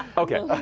okay.